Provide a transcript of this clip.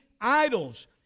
idols